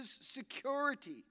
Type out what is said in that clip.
security